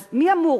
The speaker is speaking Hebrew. אז מי אמור?